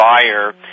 buyer